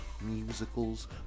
musicals